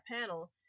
panel